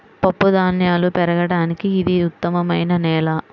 పప్పుధాన్యాలు పెరగడానికి ఇది ఉత్తమమైన నేల